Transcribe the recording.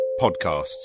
podcasts